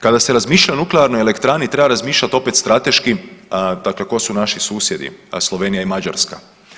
Kada se razmišlja o nuklearnoj elektrani treba razmišljati opet strateški, dakle tko su naši susjedi – Slovenija i Mađarska.